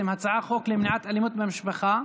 הצעת חוק למניעת אלימות במשפחה,